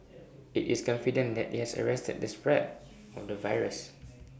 IT is confident that IT has arrested the spread of the virus